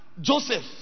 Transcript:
Joseph